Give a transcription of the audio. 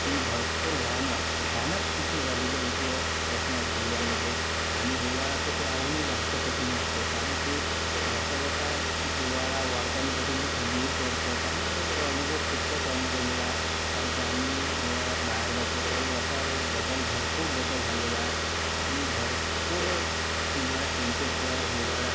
की भरपूर भयानक भयानक स्थिती झालेली आहे इथे यवतमाळ जिल्ह्यामध्ये आणि हिवाळा तर त्याहूनही जास्त कठीण असतो कारण की जसा जसा हिवाळा वाढतो आणि तशी तशी थंडी पडतो तर हा एक अनुभव खूपच अनुभवलेला आहे कारण की आम्ही हिवाळ्यात बाहेर जातो तर असा काही बदल भरपूर बदल झालेला आहे आणि भरपूर उन्हाळ्यात टेम्परेचर हिवाळ्यात